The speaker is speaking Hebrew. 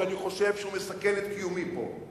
אף-על-פי שאני חושב שהוא מסכן את קיומי פה.